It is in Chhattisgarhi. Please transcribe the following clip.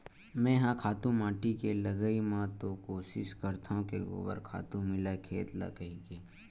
मेंहा खातू माटी के लगई म तो कोसिस करथव के गोबर खातू मिलय खेत ल कहिके